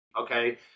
okay